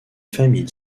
famille